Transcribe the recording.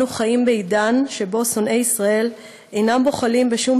אנו חיים בעידן שבו שונאי ישראל אינם בוחלים בשום